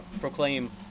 proclaim